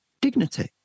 dignity